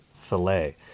Filet